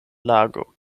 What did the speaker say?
lago